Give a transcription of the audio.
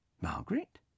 Margaret